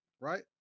right